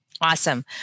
Awesome